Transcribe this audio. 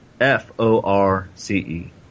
F-O-R-C-E